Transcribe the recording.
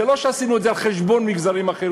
זה לא שעשינו את זה על חשבון מגזרים אחרים,